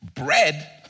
Bread